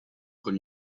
con